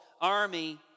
army